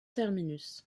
terminus